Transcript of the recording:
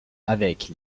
avec